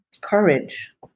courage